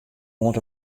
oant